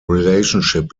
relationship